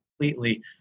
completely